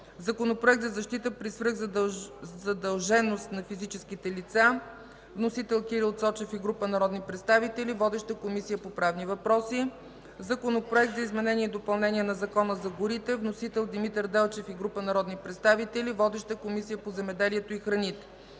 Законопроект за защита при свръхзадлъжнялост на физическите лица. Вносител – Кирил Цочев и група народни представители. Водеща е Комисията по правни въпроси. Законопроект за изменение и допълнение на Закона за горите. Вносител – Димитър Делчев и група народни представители. Водеща е Комисията по земеделието и храните.